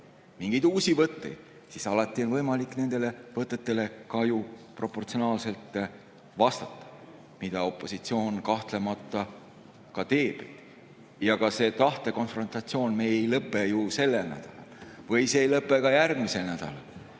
mingeid uusi võtteid, siis on võimalik nendele võtetele ka ju proportsionaalselt vastata. Seda opositsioon kahtlemata ka teeb. Ka see tahete konfrontatsioon ei lõpe ju selle nädalaga ega lõpe ka järgmise nädalaga.